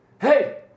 Hey